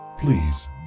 Please